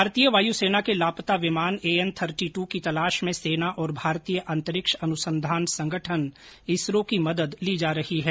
भारतीय वायुसेना के लापता विमान एएन थर्टी ट्र की तलाश में सेना और भारतीय अंतरिक्ष अनुसंधान संगठन इसरो की मदद ली जा रही है